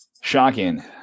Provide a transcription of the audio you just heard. Shocking